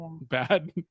bad